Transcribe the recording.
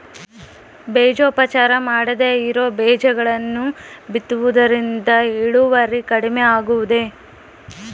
ಬೇಜೋಪಚಾರ ಮಾಡದೇ ಇರೋ ಬೇಜಗಳನ್ನು ಬಿತ್ತುವುದರಿಂದ ಇಳುವರಿ ಕಡಿಮೆ ಆಗುವುದೇ?